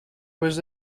was